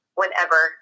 whenever